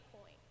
point